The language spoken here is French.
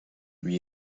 lui